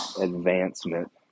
advancement